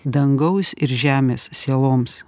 dangaus ir žemės sieloms